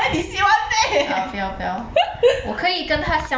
eh 我不要不要我可以跟他相处就可以了